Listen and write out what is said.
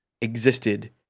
existed